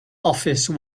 office